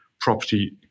Property